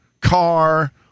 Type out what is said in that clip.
car